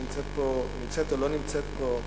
שנמצאת או לא נמצאת פה,